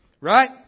Right